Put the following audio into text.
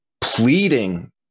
pleading